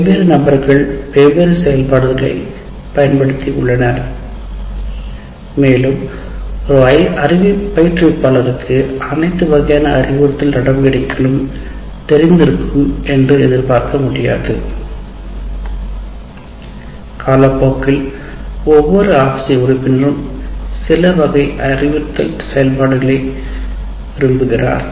வெவ்வேறு நபர்கள் வெவ்வேறு செயல்பாடுகளைப் பயன்படுத்தி உள்ளனர் மேலும் ஒரு பயிற்றுவிப்பாளருக்கு அனைத்து வகையான அறிவுறுத்தல் நடவடிக்கைகளிலும் தெரிந்திருக்கும் என்று எதிர்பார்க்க முடியாது காலப்போக்கில் ஒவ்வொரு ஆசிரிய உறுப்பினரும் சில வகை அறிவுறுத்தல் செயல்பாடு முறைகளை விரும்புவார்